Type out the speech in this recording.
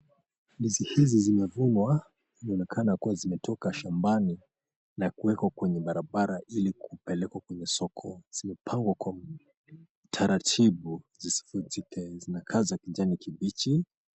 Ndizi hizi zinavunwa, zinakaana kuwa zimetoka shambani na kuwekwa kwenye barabara ili kupelekwa kwenye soko. Zimepangwa kwa utaratibu zisifinyike . Zinakaa za kijani kibichi.